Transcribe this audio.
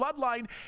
bloodline